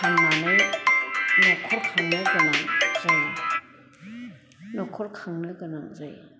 फानानै नखर खांनो गोनां जायो नखर खांनो गोनां जायो